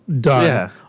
done